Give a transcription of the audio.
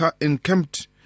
encamped